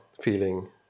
feeling